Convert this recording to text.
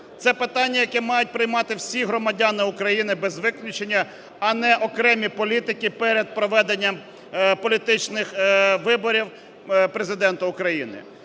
Це питання, яке мають приймати всі громадяни України без виключення, а не окремі політики перед проведенням політичних виборів Президента України.